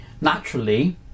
naturally